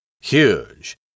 Huge